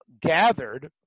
gathered